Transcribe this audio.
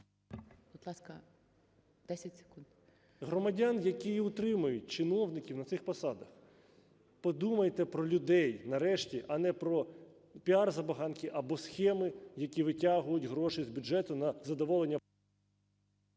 Громадян, які утримують чиновників на цих посадах. Подумайте про людей нарешті, а не про піар-забаганки або схеми, які витягують гроші з бюджету на задоволення…